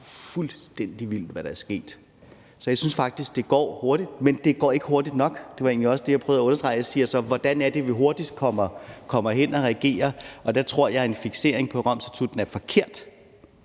fuldstændig vildt, hvad der er sket. Så jeg synes faktisk, det går hurtigt, men det går ikke hurtigt nok. Det var egentlig også det, jeg prøvede at understrege. Jeg spørger så: Hvordan kommer vi hurtigst til at reagere? Der tror jeg, at en fiksering på Romstatutten er forkert,